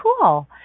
cool